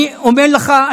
אני אומר לך,